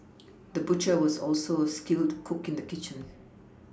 the butcher was also a skilled cook in the kitchen